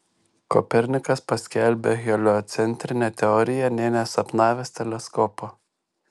kopernikas paskelbė heliocentrinę teoriją nė nesapnavęs teleskopo